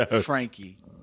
Frankie